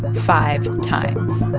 five times